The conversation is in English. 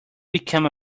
become